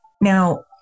now